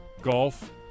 golf